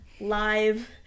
live